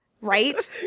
Right